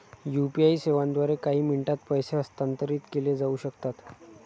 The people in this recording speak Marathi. यू.पी.आई सेवांद्वारे काही मिनिटांत पैसे हस्तांतरित केले जाऊ शकतात